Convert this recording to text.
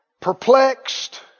perplexed